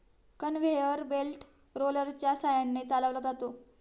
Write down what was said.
conveyor belt रोलरच्या सहाय्याने चालवला जातो